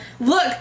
look